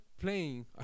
playing